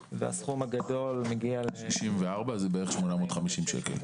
בגיל 64 זה בערך 850 שקל.